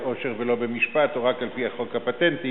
עושר ולא במשפט או רק על-פי חוק הפטנטים,